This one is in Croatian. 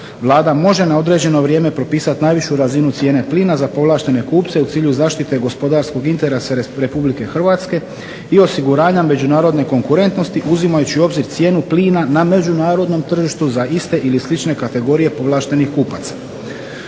Vlada može na određeno vrijeme propisati najvišu razinu cijene plina za povlaštene kupce u cilju zaštite gospodarskog interesa Republike Hrvatske i osiguranja međunarodne konkurentnosti uzimajući u obzir cijenu plina na međunarodnom tržištu za iste ili slične kategorije ovlaštenih kupaca.